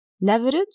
Leverage